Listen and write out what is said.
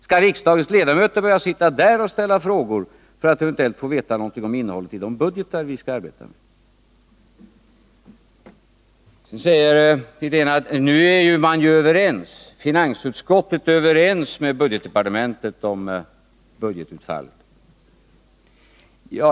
Skall riksdagens ledamöter behöva sitta där och ställa frågor för att eventuellt få veta något om innehållet i de budgetar vi skall arbeta med? Herr Wirtén säger att finansutskottet nu är överens med budgetdepartementet om budgetutfallet.